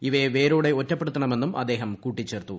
ഇവയെ വേരോടെ ഒറ്റപ്പെടുത്തണമെന്നും അദ്ദേഹം കൂട്ടിച്ചേർത്തു